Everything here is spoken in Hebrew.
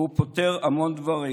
והוא פותר המון דברים,